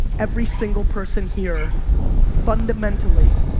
every single person here fundamentally